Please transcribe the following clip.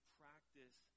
practice